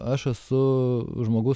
aš esu žmogus